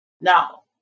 Now